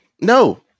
no